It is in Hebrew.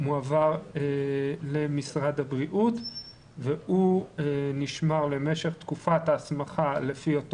מועבר למשרד הבריאות והוא נשמר למשך תקופת ההסמכה לפי אותו